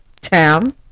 tam